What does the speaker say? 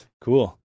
Cool